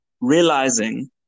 realizing